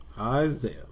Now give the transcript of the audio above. Isaiah